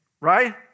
right